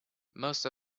most